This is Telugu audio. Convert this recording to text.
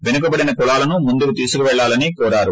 పెనుకబడిన కులాలను ముందుకు తీసుకెళ్లాలని కోరారు